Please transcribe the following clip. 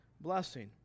blessing